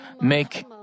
make